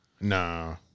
Nah